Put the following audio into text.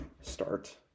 start